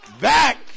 back